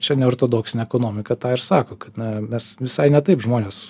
čia neortodoksinė ekonomika tą ir sako kad na mes visai ne taip žmonės